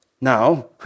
Now